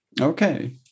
Okay